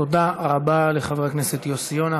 תודה רבה לחבר הכנסת יוסי יונה.